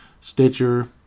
Stitcher